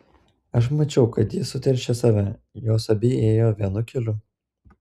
aš mačiau kad ji suteršė save jos abi ėjo vienu keliu